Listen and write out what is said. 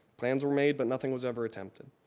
plans were made but nothing was ever attempted.